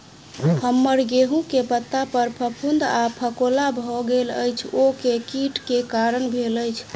हम्मर गेंहूँ केँ पत्ता पर फफूंद आ फफोला भऽ गेल अछि, ओ केँ कीट केँ कारण भेल अछि?